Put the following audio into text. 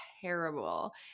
terrible